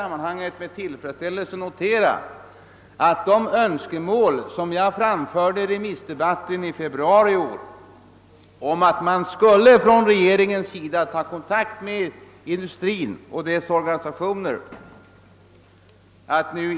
Med tillfredsställelse vill jag notera att de önskemål jag framförde under remissdebatten i februari i år har uppfyllts. De innebar att regeringen skulle ta kontakt med industrin och dess organisationer.